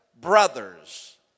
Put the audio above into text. brothers